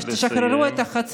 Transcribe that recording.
תודה.